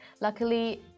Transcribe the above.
Luckily